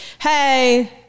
hey